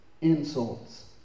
insults